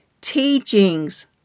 teachings